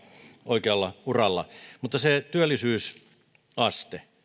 oikealla uralla mutta se työllisyysaste